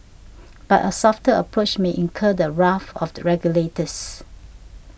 but a softer approach may incur the wrath of the regulators